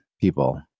people